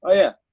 yeah,